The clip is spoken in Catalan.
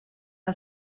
que